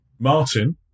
Martin